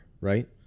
right